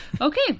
Okay